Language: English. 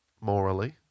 morally